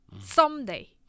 Someday